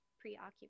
preoccupied